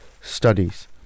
studies